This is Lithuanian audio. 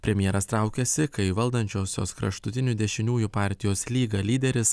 premjeras traukiasi kai valdančiosios kraštutinių dešiniųjų partijos lyga lyderis